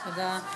תודה.